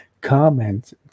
Comment